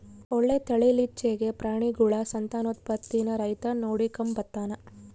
ಒಳ್ಳೆ ತಳೀಲಿಚ್ಚೆಗೆ ಪ್ರಾಣಿಗುಳ ಸಂತಾನೋತ್ಪತ್ತೀನ ರೈತ ನೋಡಿಕಂಬತಾನ